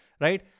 Right